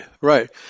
right